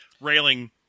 railing